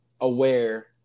aware